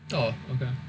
oh okay